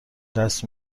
دست